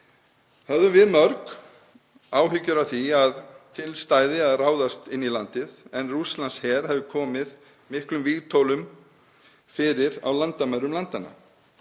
höfðum við mörg áhyggjur af því að til stæði að ráðast inn í landið en Rússlandsher hafði komið miklum vígtólum fyrir á landamærum landanna.